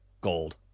gold